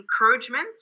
encouragement